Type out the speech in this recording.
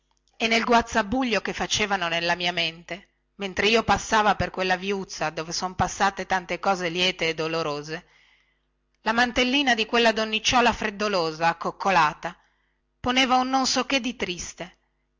e nel guazzabuglio che facevano nella mia mente mentre io passava per quella viuzza dove son passate tante cose liete e dolorose la mantellina di quella donnicciola freddolosa accoccolata poneva un non so che di triste